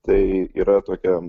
tai yra tokia